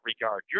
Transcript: regard